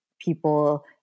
people